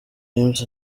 james